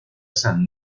san